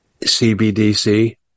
CBDC